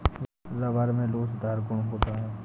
rubber में लोचदार गुण होता है